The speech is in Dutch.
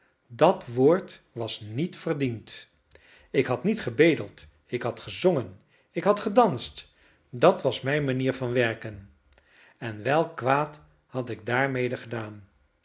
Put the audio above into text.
dat woord was niet verdiend ik had niet gebedeld ik had gezongen ik had gedanst dat was mijn manier van werken en welk kwaad had ik daarmede gedaan